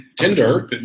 Tinder